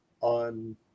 on